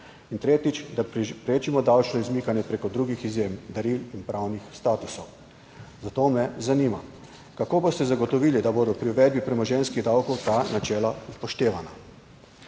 In tretjič, da preprečimo davčno izmikanje prek drugih izjem, daril in pravnih statusov. Zato me zanima: Kako boste zagotovili, da bodo pri uvedbi premoženjskih davkov ta načela upoštevana?